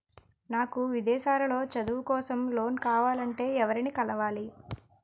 నాకు విదేశాలలో చదువు కోసం లోన్ కావాలంటే ఎవరిని కలవాలి?